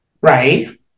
right